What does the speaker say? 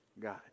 God